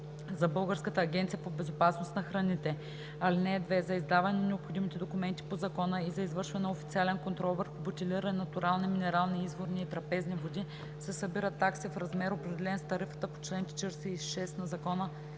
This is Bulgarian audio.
за Българската агенция по безопасност на храните. (2) За издаване на необходимите документи по закона и за извършване на официален контрол върху бутилирани натурални минерални, изворни и трапезни води се събират такси в размер, определен с тарифата по чл. 46 от Закона